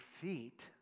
feet